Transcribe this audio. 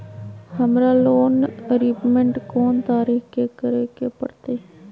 हमरा loan repayment कोन तारीख के करे के परतई?